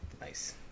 Nice